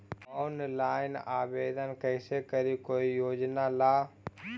Online आवेदन कैसे करी कोई योजना ला?